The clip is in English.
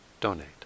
donate